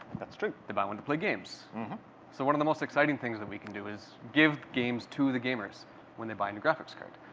that's true. they buy one to play games. so one of the most exciting things that we can do is give games to the gamers when they buy a new graphics card.